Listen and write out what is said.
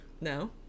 No